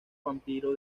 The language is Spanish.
vampiro